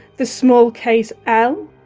the small case l